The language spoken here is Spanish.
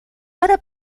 para